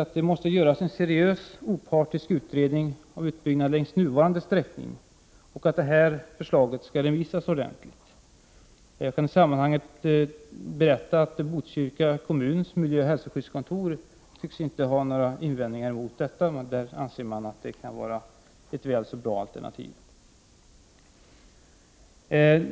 att det måste göras en seriös, opartisk utredning av utbyggnaden längs nuvarande sträckning och att det förslaget bör ordentligt sändas ut på remiss. Jag kan i sammanhanget berätta att Botkyrka kommuns miljöoch hälsoskyddskontor inte tycks ha några invändningar mot detta förslag, utan anser att den sträckningen kan vara ett väl så bra alternativ.